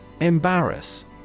Embarrass